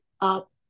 up